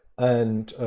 and